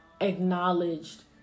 acknowledged